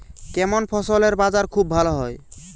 কেমন ফসলের বাজার খুব ভালো হয়?